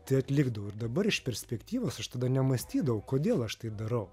tai atlikdavo ir dabar iš perspektyvos aš tada nemąstydavau kodėl aš tai darau